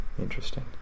Interesting